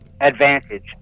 advantage